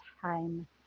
time